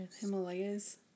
Himalayas